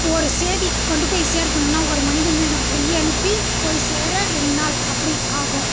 ஒரு சேதி கொண்டுப்போய் சேர்க்கணுன்னால் ஒரு மனிதனிடம் சொல்லி அனுப்பி போய் சேர ரெண்டு நாள் அப்படி ஆகும்